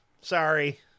Sorry